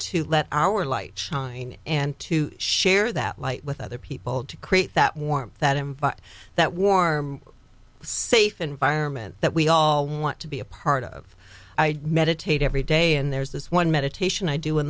to let our light shine and to share that light with other people to create that warmth that him for that warm safe environment that we all want to be a part of i meditate every day and there's this one meditation i do in